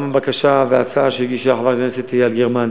גם בקשה והצעה שהגישה חברת הכנסת יעל גרמן,